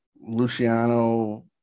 Luciano